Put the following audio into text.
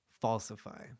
falsify